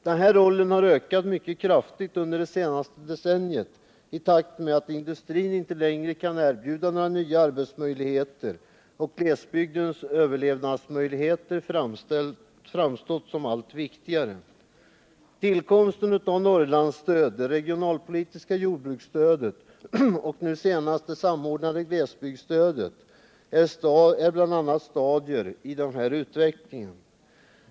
Denna roll har ökat mycket kraftigt i betydelse under det senaste decenniet i takt med att industrin inte längre kan erbjuda nya arbetsmöjligheter och att glesbygdens överlevnadsmöjligheter har framstått som allt viktigare. Tillkomsten av Norrlandsstödet, det regionalpolitiska jordbruksstödet och nu senast det samordnade glesbygdsstödet är bl.a. stadier i denna utveckling.